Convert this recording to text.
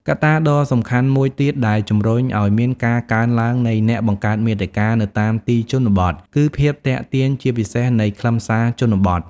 កត្តាដ៏សំខាន់មួយទៀតដែលជំរុញឲ្យមានការកើនឡើងនៃអ្នកបង្កើតមាតិកានៅតាមទីជនបទ គឺ ភាពទាក់ទាញជាពិសេសនៃខ្លឹមសារជនបទ។